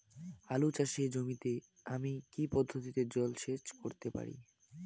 আলু চাষে জমিতে আমি কী পদ্ধতিতে জলসেচ করতে পারি?